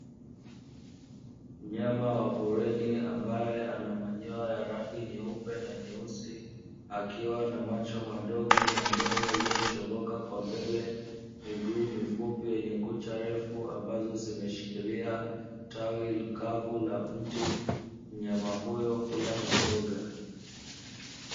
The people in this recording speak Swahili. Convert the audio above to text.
Mnyama wa porini ambaye ana manyoya ya rangi nyeupe na nyeusi akiwa na macho madogo na mdomo uliochongoka kwa mbele, miguu mifupi yenye kucha refu ambazo zimeshikilia tawi kavu la mti mnyama huyo hula mizoga.